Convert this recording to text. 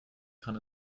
kann